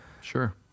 Sure